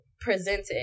presented